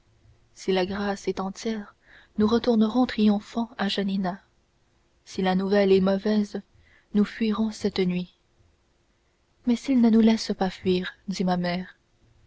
si la grâce est entière nous retournerons triomphants à janina si la nouvelle est mauvaise nous fuirons cette nuit mais s'ils ne nous laissent pas fuir dit ma mère